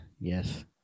Yes